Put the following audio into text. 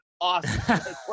awesome